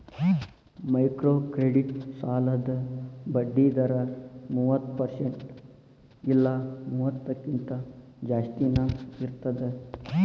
microcredit ಸಾಲದ್ ಬಡ್ಡಿ ದರ ಮೂವತ್ತ ಪರ್ಸೆಂಟ್ ಇಲ್ಲಾ ಮೂವತ್ತಕ್ಕಿಂತ ಜಾಸ್ತಿನಾ ಇರ್ತದ